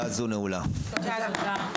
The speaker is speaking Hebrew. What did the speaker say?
רבה.